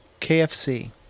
KFC